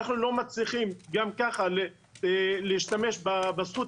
ואנחנו לא מצליחים גם ככה להשתמש בזכות